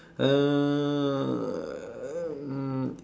um